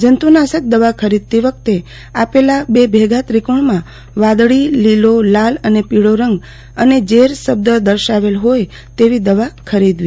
જંતુનાશક દવા ખરીદતી વખતે આપેલા બે ભેગા ત્રિકોણમાં વાદળી લીલો લાલ અને પીળો રંગ અને ઝેર શબ્દ દર્શાવેલ તેવી દવા ખરીદવી